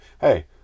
hey